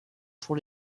pour